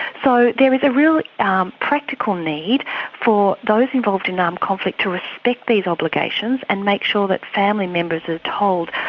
so there is a real um practical need for those involved in armed um conflict to respect these obligations and make sure that family members are told,